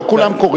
לא כולם קוראים.